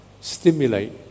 stimulate